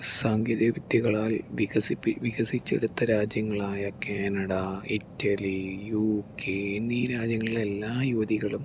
സാങ്കേതിക വിദ്യകളാൽ വികസിപ്പി വികസിച്ചെടുത്ത രാജ്യങ്ങളായ കാനഡ ഇറ്റലി യു കെ എന്നീ രാജ്യങ്ങളിലെ എല്ലാ യുവതികളും